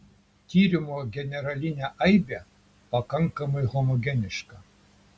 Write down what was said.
tyrimo generalinė aibė pakankamai homogeniška